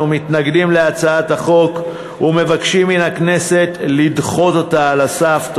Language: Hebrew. אנו מתנגדים להצעת החוק ומבקשים מן הכנסת לדחות אותה על הסף.